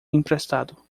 emprestado